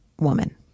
woman